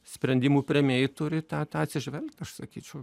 sprendimų priėmėjai turi į tą tą atsižvelgt aš sakyčiau